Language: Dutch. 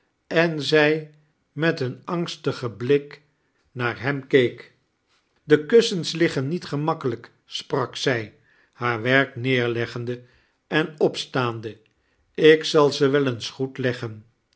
en zij met een angstigen blik naar hem keek de kussens liggen niet geinakkelijk sprak zij haar werk neerleggende en opstaande ik zal ze wel eens goed leggen